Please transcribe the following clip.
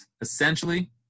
essentially